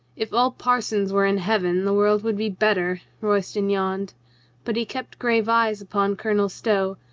if all parsons were in heaven, the world would be better, royston yawned but he kept grave eyes upon colonel stow,